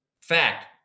Fact